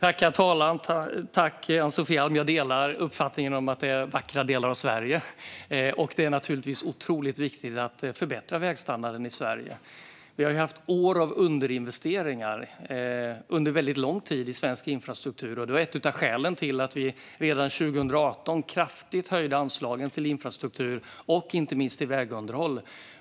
Herr talman! Jag tackar Ann-Sofie Alm för frågan. Jag delar uppfattningen att det är vackra delar av Sverige. Det är naturligtvis otroligt viktigt att vägstandarden i Sverige förbättras. Vi har haft underinvesteringar under väldigt lång tid i svensk infrastruktur. Det var ett av skälen till att vi redan 2018 kraftigt höjde anslagen till infrastruktur och inte minst till vägunderhåll.